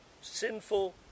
sinful